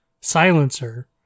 Silencer